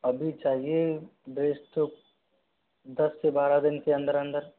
अभी चाहिए ड्रेस तो दस से बारह दिन के अंदर अंदर